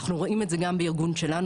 אנחנו רואים את זה גם בארגון שלנו,